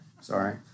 Sorry